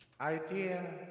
Idea